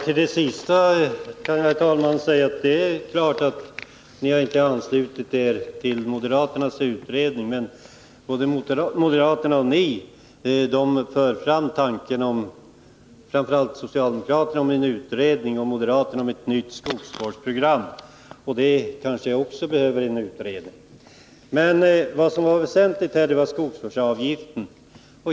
Herr talman! Det är klart att ni inte har anslutit er till moderaternas förslag om utredning, men socialdemokraterna har fört fram tanken på en utredning och moderaterna tanken på ett nytt skogsvårdsprogram. Och det kanske också behöver utredas. Men det väsentliga här var skogsvårdsavgiften.